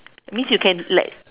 means you can like